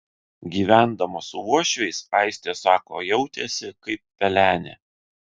gyvendama su uošviais aistė sako jautėsi kaip pelenė